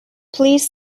please